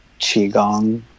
qigong